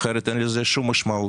אחרת אין לזה שום משמעות.